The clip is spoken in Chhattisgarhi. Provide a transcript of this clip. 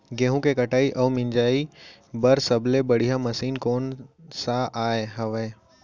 गेहूँ के कटाई अऊ मिंजाई बर सबले बढ़िया मशीन कोन सा हवये?